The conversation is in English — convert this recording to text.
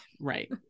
Right